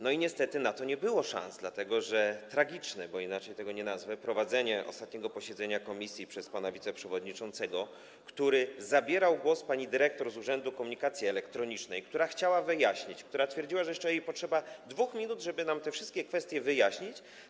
No i niestety na to nie było szans, dlatego że było tragiczne - bo inaczej tego nie nazwę - prowadzenie ostatniego posiedzenia komisji przez pana wiceprzewodniczącego, który zabierał głos pani dyrektor z Urzędu Komunikacji Elektronicznej, która chciała wyjaśnić, która twierdziła, że potrzeba jej jeszcze 2 minut, żeby nam te wszystkie kwestie wyjaśnić.